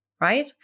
right